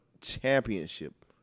championship